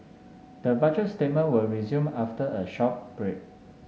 the Budget statement will resume after a short break